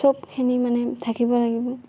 চবখিনি মানে থাকিব লাগিব